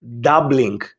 doubling